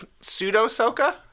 pseudo-Soka